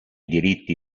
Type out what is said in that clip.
diritti